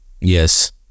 Yes